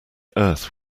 earth